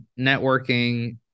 networking